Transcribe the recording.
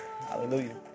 Hallelujah